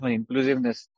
inclusiveness